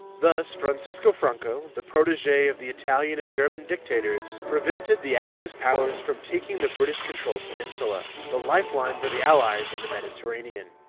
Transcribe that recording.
thus, francisco franco, the protege of the italian and german dictators, prevented the axis powers from taking the british-controlled peninsula, the lifeline for the allies in the mediterranean.